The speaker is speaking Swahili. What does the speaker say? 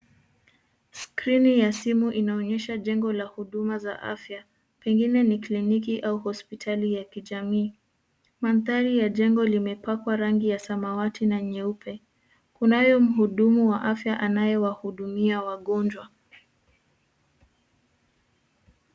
Skrini ya simu inaonyesha jengo la huduma za afya. Pengine ni kliniki au hospitali ya kijamii. Mandhari ya jengo limepakwa rangi ya samawati na nyeupe. Kunayo mhudumu wa afya anaye wahudumia wagonjwa.